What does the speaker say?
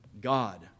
God